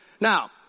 Now